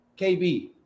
KB